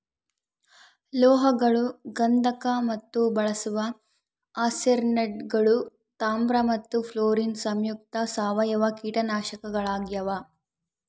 ಲೋಹಗಳು ಗಂಧಕ ಮತ್ತು ಬಳಸುವ ಆರ್ಸೆನೇಟ್ಗಳು ತಾಮ್ರ ಮತ್ತು ಫ್ಲೋರಿನ್ ಸಂಯುಕ್ತ ಸಾವಯವ ಕೀಟನಾಶಕಗಳಾಗ್ಯಾವ